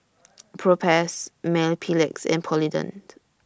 Propass Mepilex and Polident